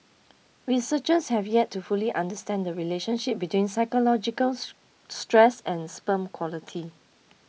researchers have yet to fully understand the relationship between psychological stress and sperm quality